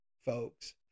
folks